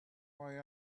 why